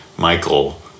Michael